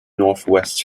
northwest